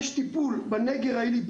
יש טיפול בנגר העילי,